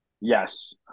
yes